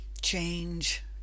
change